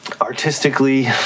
Artistically